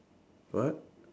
what